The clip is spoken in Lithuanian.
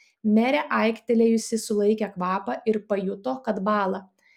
merė aiktelėjusi sulaikė kvapą ir pajuto kad bąla